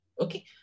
Okay